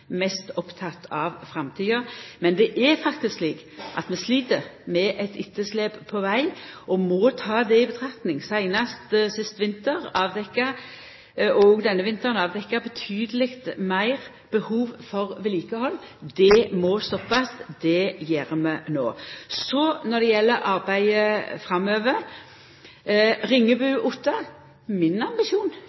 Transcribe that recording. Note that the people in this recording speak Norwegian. mest oppteken av framtida, men det er faktisk slik at vi slit med eit etterslep på veg og må ta det i betraktning. Seinast sist vinter – og denne vinteren – har det vore avdekt betydeleg meirbehov for vedlikehald. Det må stoppast. Det gjer vi no. Når det gjeld arbeidet framover for Ringebu–Otta, er ambisjonen min